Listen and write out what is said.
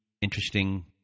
interesting